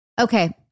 Okay